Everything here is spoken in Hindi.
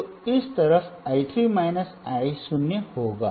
तो इस तरफ I ३ I शून्य होगा